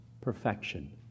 perfection